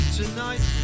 tonight